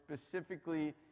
specifically